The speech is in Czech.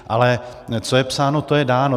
Ale co je psáno, to je dáno.